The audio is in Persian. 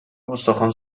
استخوان